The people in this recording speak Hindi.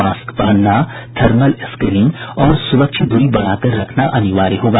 मास्क पहनना थर्मल स्क्रीनिंग और सुरक्षित दूरी बनाकर रखना अनिवार्य होगा